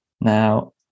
Now